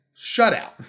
shutout